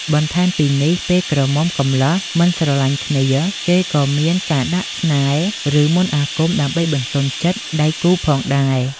បន្ថែមពីនេះ ពេលក្រមុំកំលោះមិនស្រលាញ់គ្នា គេក៏មានការដាក់ស្នេហ៍ ឬមន្តអាគមដើម្បីបន្ទន់ចិត្តដៃគូផងដែរ។